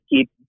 keep